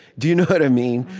do you know what i mean?